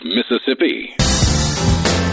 Mississippi